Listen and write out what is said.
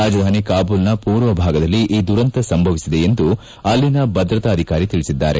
ರಾಜಧಾನಿ ಕಾಬೂಲ್ನ ಪೂರ್ವಭಾಗದಲ್ಲಿ ಈ ದುರಂತ ಸಂಭವಿಸಿದೆ ಎಂದು ಅಲ್ಲಿನ ಭದ್ರತಾ ಅಧಿಕಾರಿ ತಿಳಿಸಿದ್ದಾರೆ